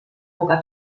boca